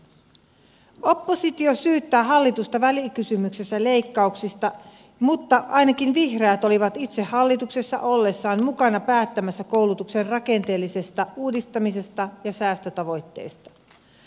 oppositio syyttää hallitusta välikysymyksessä leikkauksista mutta ainakin vihreät olivat itse hallituksessa ollessaan mukana päättämässä koulutuksen rakenteellisesta uudistamisesta ja säästötavoitteista